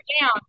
down